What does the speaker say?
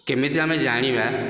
କେମିତି ଆମେ ଜାଣିବା